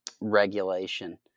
regulation